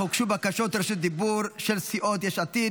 אך הוגשו בקשות רשות דיבור של סיעות יש עתיד,